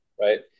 right